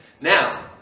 Now